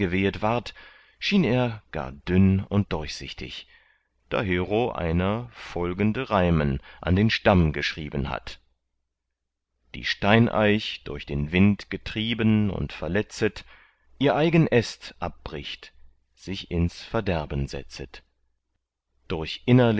er gar dünn und durchsichtig dahero einer folgende reimen an den stamm geschrieben hat die steineich durch den wind getrieben und verletzet ihr eigen äst abbricht sich ins verderben setzet durch